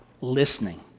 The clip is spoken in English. listening